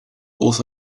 also